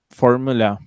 formula